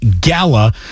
Gala